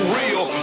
real